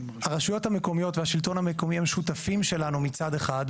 הרשויות המקומיות והשלטון המקומי הם שותפים שלנו מצד אחד,